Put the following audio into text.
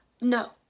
No